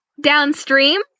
Downstream